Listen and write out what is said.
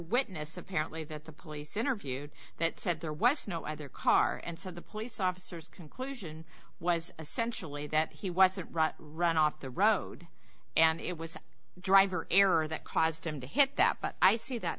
witness apparently that the police interviewed that said there was no other car and so the police officers conclusion was essentially that he wasn't run off the road and it was driver error that caused him to hit that but i see that